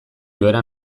joera